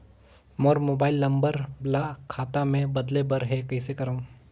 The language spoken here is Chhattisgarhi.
मोर मोबाइल नंबर ल खाता मे बदले बर हे कइसे करव?